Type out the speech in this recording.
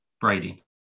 brady